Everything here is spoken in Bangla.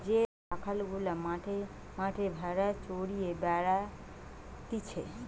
যে রাখাল গুলা মাঠে মাঠে ভেড়া চড়িয়ে বেড়াতিছে